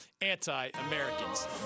anti-Americans